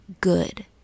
good